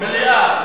מליאה.